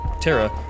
Tara